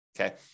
okay